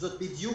זה בדיוק